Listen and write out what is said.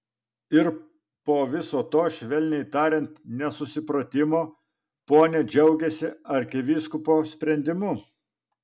ir po viso to švelniai tariant nesusipratimo ponia džiaugiasi arkivyskupo sprendimu